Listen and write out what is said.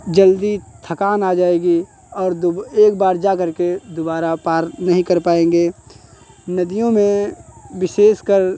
जल्दी थकान आ जाएगी और दुब एक बार जाकर के दुबारा पार नहीं कर पाएँगे नदियों में विशेषकर